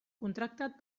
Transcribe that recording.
contractat